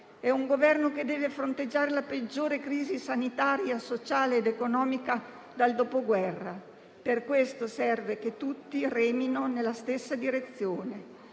È un Governo che deve fronteggiare la peggiore crisi, sanitaria, sociale ed economica dal Dopoguerra a oggi. Per questo motivo serve che tutti remino nella stessa direzione.